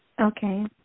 Okay